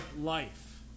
life